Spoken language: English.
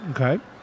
Okay